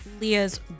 Leah's